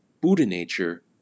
Buddha-nature